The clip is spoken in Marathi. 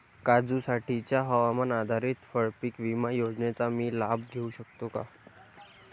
काजूसाठीच्या हवामान आधारित फळपीक विमा योजनेचा मी लाभ घेऊ शकतो का?